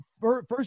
first